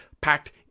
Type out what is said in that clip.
packed